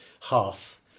half